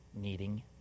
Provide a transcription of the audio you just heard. needing